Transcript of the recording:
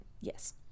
Yes